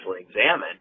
examine